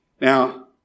Now